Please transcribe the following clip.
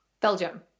Belgium